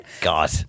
God